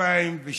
2016